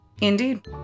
Indeed